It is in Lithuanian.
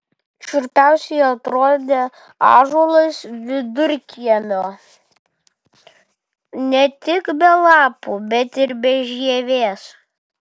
šiurpiausiai atrodė ąžuolas vidur kiemo ne tik be lapų bet ir be žievės